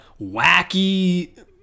wacky